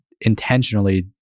intentionally